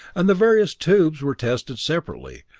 and the various tubes were tested separately,